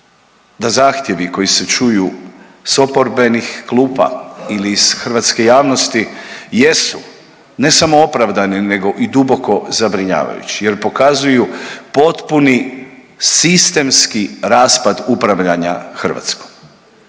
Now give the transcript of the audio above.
da zahtjevi koji se čuju sa oporbenih klupa ili iz hrvatske javnosti jesu ne samo opravdane nego i duboko zabrinjavajući jer pokazuju potpuni sistemski raspad upravljanja Hrvatskom